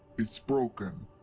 it's broken!